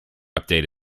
update